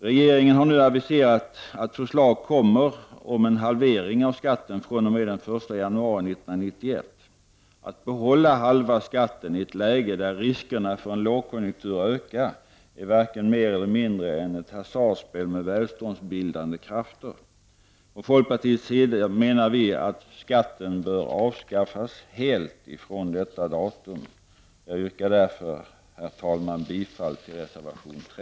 Regeringen har nu aviserat att förslag kommer om en halvering av skatten fr.o.m. den 1 januari 1991. Att behålla halva skatten i ett läge där riskerna för en lågkonjunktur ökar är varken mer eller mindre än ett hasardspel med välståndsbildande krafter. Från folkpartiets sida menar vi att skatten bör avskaffas helt från detta datum. Jag yrkar därför, herr talman, bifall till reservation 3.